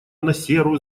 насеру